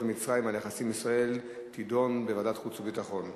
במצרים על היחסים עם ישראל תידונה בוועדת החוץ והביטחון.